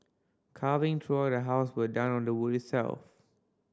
carving throughout the house were done on the wood itself